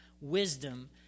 wisdom